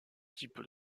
type